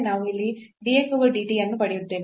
ನಾವು ಇಲ್ಲಿ dx over dt ಅನ್ನು ಪಡೆಯುತ್ತೇವೆ